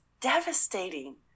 devastating